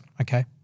Okay